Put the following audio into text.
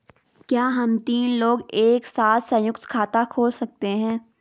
क्या हम तीन लोग एक साथ सयुंक्त खाता खोल सकते हैं?